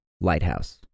lighthouse